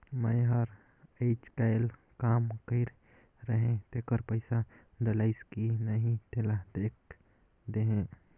मै हर अईचकायल काम कइर रहें तेकर पइसा डलाईस कि नहीं तेला देख देहे?